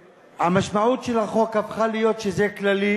המשמעות של החוק הפכה להיות כללית.